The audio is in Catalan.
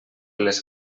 les